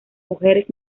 mujeres